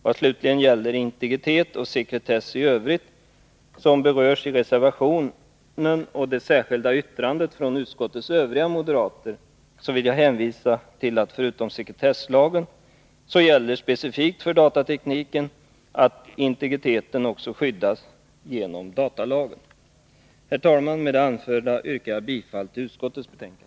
Vad slutligen gäller integritet och sekretess i övrigt, vilket berörs i reservationen och det särskilda yttrandet från utskottets övriga moderater, vill jag hänvisa till att förutom sekretesslagen gäller specifikt för datatekniken att integriteten också skyddas genom datalagen. Herr talman! Med det anförda yrkar jag bifall till utskottets hemställan.